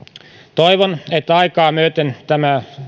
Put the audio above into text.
toivon että aikaa myöten tämä